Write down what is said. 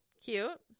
Cute